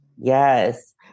Yes